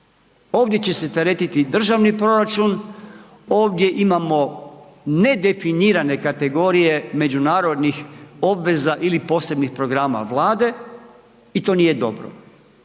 Ovdje će se teretiti i državni proračun, ovdje imamo nedefinirane kategorije međunarodnih obveza ili posebnih programa Vlade i to nije dobro.